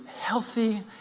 healthy